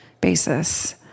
basis